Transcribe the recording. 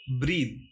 breathe